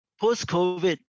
post-COVID